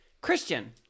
Christian